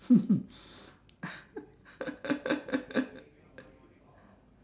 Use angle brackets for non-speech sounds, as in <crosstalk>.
<laughs>